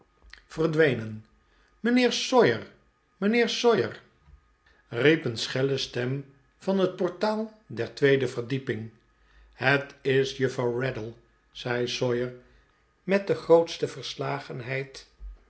sawyer mijnheer sawyer riep een schelle stem van het portaal der tweede verdieping het is juffrouw raddle zei sawyer met de grootste verslagenheid